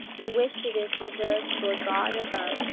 the which it is reserved for god above